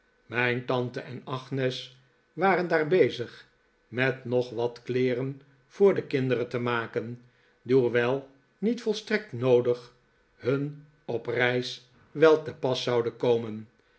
mijn tante en agnes waren daar bezig met nog wat kleeren voor de kinderen te maken die hoewel niet volstrekt noodig hun op reis wel te pas zouden komen